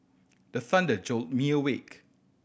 the thunder jolt me awake